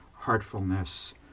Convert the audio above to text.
heartfulness